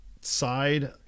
side